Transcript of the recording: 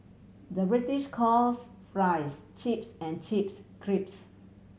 the British calls fries chips and chips crisps